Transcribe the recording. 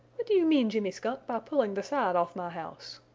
what do you mean, jimmy skunk, by pulling the side off my house?